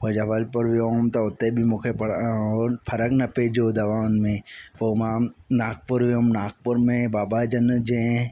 पो जबलपुर वियो हुउमि त उते बि मूंखे प उहो फ़र्क न पइजो दवाउनि में पो मां नागपुर वियो हुउमि नागपुर में बाबा जन जंहिं